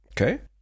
Okay